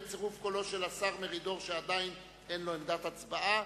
בצירוף קולו של השר מרידור שעדיין אין לו עמדת הצבעה,